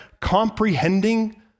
comprehending